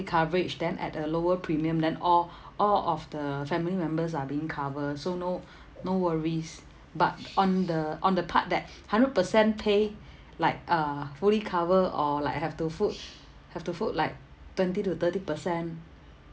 coverage then at a lower premium then all all of the family members are being cover so no no worries but on the on the part that hundred percent pay like uh fully cover or like have to put have to put like twenty to thirty percent